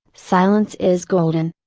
silence is golden.